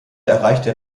erreichte